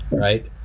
right